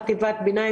חטיבת ביניים,